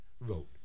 vote